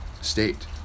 state